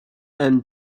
and